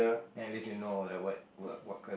then at least you know like what what what kind of